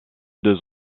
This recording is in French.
deux